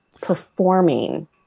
performing